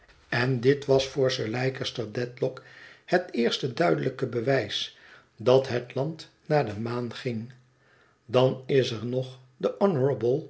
en dit was voor sir leicester dedlock het eerste duidelijke bewijs dat het land naar de maan gingdan is er nog de